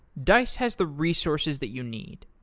dice has the resources that you need.